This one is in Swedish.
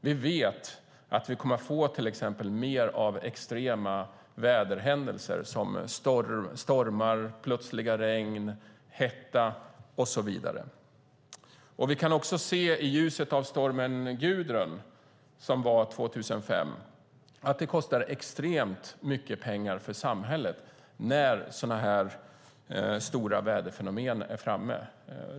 Vi vet att vi kommer att få mer extrema väderhändelser som stormar, plötsliga regn, hetta och så vidare. I ljuset av stormen Gudrun 2005 kan vi också se att det kostar extremt mycket pengar för samhället när sådana här stora väderfenomen inträffar.